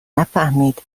نفهمید